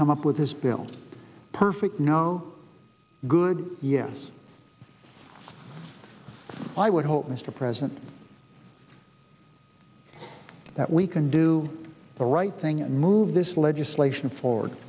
come up with this bill perfect no good yes i would hope mr president that we can do the right thing and move this legislation forward